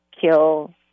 kill